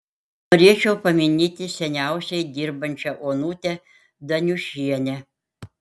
norėčiau paminėti seniausiai dirbančią onutę daniušienę